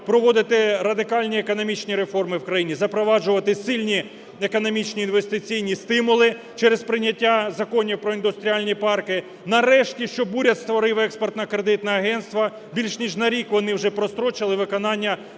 проводити радикальні економічні реформи в країні, запроваджувати сильні економічні інвестиційні стимули через прийняття Закону про індустріальні парки, нарешті, щоб уряд створив Експортно-кредитне агентство. Більше, ніж на рік вони вже прострочили виконання